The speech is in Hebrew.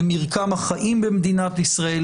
למרקם החיים במדינת ישראל,